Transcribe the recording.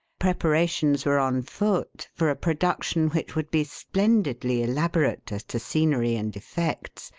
preparations were on foot for a production which would be splendidly elaborate as to scenery and effects,